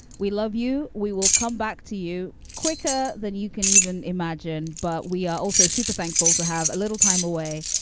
we love you. we will come back to you quicker than you can even imagine. but we are also super thankful to have a little time away.